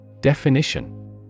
Definition